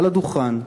מעל הדוכן,